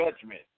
judgment